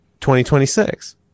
2026